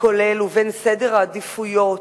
הכולל ובין סדר העדיפויות